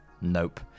Nope